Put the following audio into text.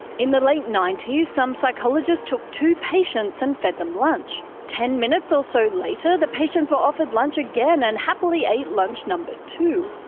in the late ninety s, some psychologists took two patients and fed them lunch. ten minutes or so later, the patients were offered lunch again and happily ate lunch number two.